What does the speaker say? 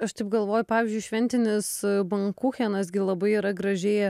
aš taip galvoju pavyzdžiui šventinis bankuchenas gi labai yra gražiai